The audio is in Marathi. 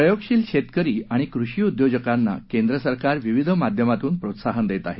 प्रयोगशील शेतकरी आणि कृषी उद्योजकांना केंद्र सरकार विविध माध्यमातून प्रोत्साहन देत आहे